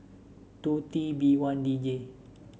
two T B one D J